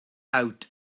out